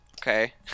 Okay